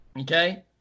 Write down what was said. Okay